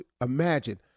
imagine